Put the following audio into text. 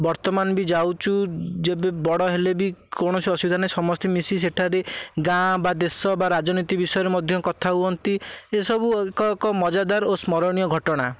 ବର୍ତ୍ତମାନ ବି ଯାଉଚୁ ଯେବେ ବଡ଼ ହେଲେ ବି କୌଣସି ଅସୁବିଧା ନାହିଁ ସମସ୍ତେ ମିଶି ସେଠାରେ ଗାଁ ବା ଦେଶ ବା ରାଜନୀତି ବିଷୟରେ ମଧ୍ୟ କଥା ହୁଅନ୍ତି ଏସବୁ ଏକ ଏକ ମଜାଦାର ଓ ସ୍ମରଣୀୟ ଘଟଣା